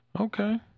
Okay